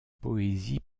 poésie